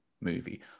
movie